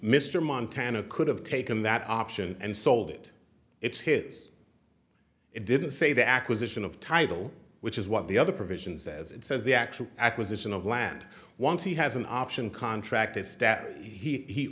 mr montana could have taken that option and sold it it's his it didn't say the acquisition of title which is what the other provisions says it says the actual acquisition of land once he has an option contract is that he